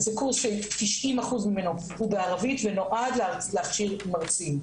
זה קורס -90% ממנו הוא בערבית ונועד להכשיר מרצים.